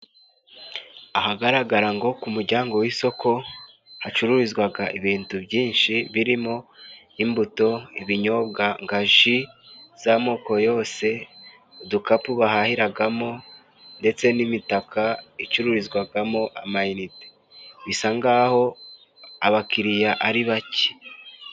Ahagaragara nko ku muryango w'isoko hacururizwaga ibintu byinshi birimo: imbuto, ibinyobwa, nka ji z'amoko yose udukapu bahahiragamo ndetse n'imitaka icururizwagamo amayinite, bisa nkaho abakiriya ari bake.